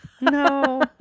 no